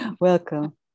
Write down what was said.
welcome